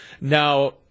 Now